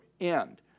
end